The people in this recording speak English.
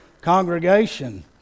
congregation